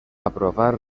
aprovar